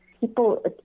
people